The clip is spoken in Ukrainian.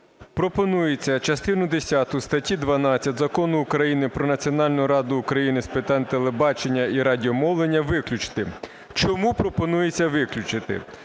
Пропонується частину десяту статті 12 Закону України "Про Національну раду України з питань телебачення і радіомовлення" виключити. Чому пропонується виключити?